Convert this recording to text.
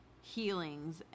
healings